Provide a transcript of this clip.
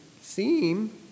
seem